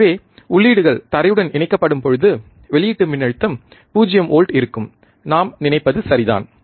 எனவே உள்ளீடுகள் தரையுடன் இணைக்கப்படும்பொழுது வெளியீட்டு மின்னழுத்தம் 0 வோல்ட் இருக்கும் நாம் நினைப்பது சரிதான்